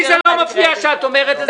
לי זה לא מפריע שאת אומרת את זה.